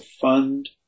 fund